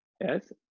Yes